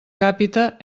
càpita